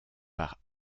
par